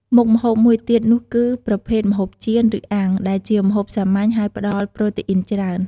មុខម្ហូបមួយទៀតនោះគឺជា ប្រភេទម្ហូបចៀន ឬអាំង ដែលជាម្ហូបសាមញ្ញហើយផ្តល់ប្រូតេអ៊ីនច្រើន។